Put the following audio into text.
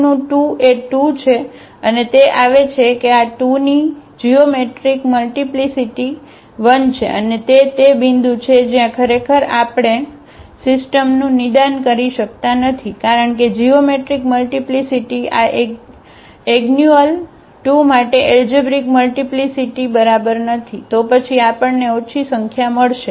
2 નું 2 એ 2 છે અને તે આવે છે કે આ 2 ની જીઓમેટ્રિક મલ્ટીપ્લીસીટી 1 છે અને તે તે બિંદુ છે જ્યાં ખરેખર આપણે સિસ્ટમનું નિદાન કરી શકતા નથી કારણ કે જીઓમેટ્રિક મલ્ટીપ્લીસીટી આ એગન્યુઅલ 2 માટે એલજેબ્રિક મલ્ટીપ્લીસીટી બરાબર નથી તો પછી આપણને ઓછી સંખ્યા મળશે